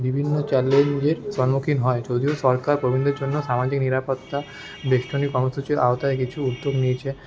বিভিন্ন চ্যালেঞ্জের সম্মুখীন হয় যদিও সরকার প্রবীণদের জন্য সামাজিক নিরাপত্তা বেষ্টনীর কর্মসূচির আওতায় কিছু উদ্যোগ নিয়েছে